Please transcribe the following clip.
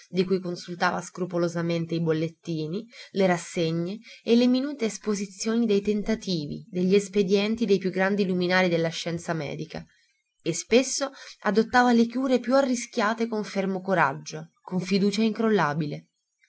di cui consultava scrupolosamente i bollettini le rassegne e le minute esposizioni dei tentativi degli espedienti dei più grandi luminari della scienza medica e spesso adottava le cure più arrischiate con fermo coraggio con fiducia incrollabile